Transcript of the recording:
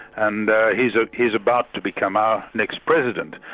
and he's ah he's about to become our next president,